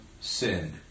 sinned